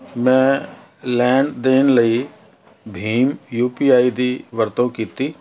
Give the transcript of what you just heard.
ਮੈਂ ਲੈਣ ਦੇਣ ਲਈ ਭੀਮ ਯੂ ਪੀ ਆਈ ਦੀ ਵਰਤੋਂ ਕੀਤੀ